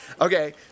okay